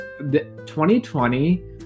2020